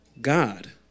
God